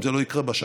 אם זה לא יקרה בשנה,